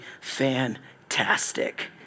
fantastic